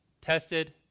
tested